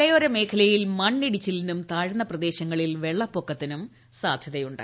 മലയോര മേഖലയിൽ മണ്ണിടിച്ചിലിനും താഴ്ന്ന പ്രദേശങ്ങളിൽ വെള്ളപ്പൊക്കത്തിനും സാധ്യതയുണ്ട്